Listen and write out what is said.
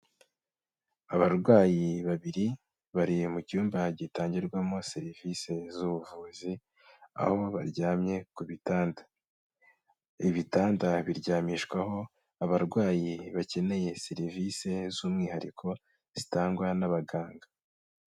Abarwayi babiri bari mu cyumba gitangirwamo serivise z'ubuvuzi aho baryamye ku bitanda. Ibitanda biryamishwaho abarwayi bakeneye serivise z'umwihariko zitangwa n'abaganga.